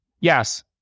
Yes